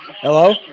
Hello